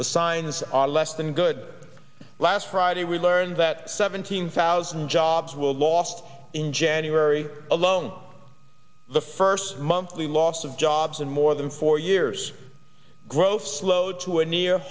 the signs are less than good last friday we learned that seventeen thousand jobs were lost in january alone the first monthly loss of jobs and more than four years growth slowed to a near